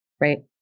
Right